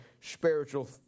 spiritual